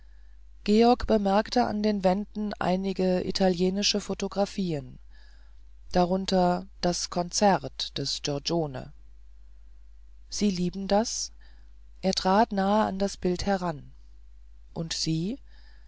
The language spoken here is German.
georg bemerkte an den wänden einige italienische photographien darunter das konzert des giorgione sie lieben das er trat nahe an das bild heran und sie